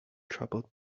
troubled